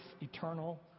eternal